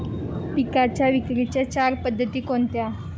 पिकांच्या विक्रीच्या चार पद्धती कोणत्या?